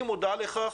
אני מודע לכך